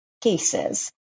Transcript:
cases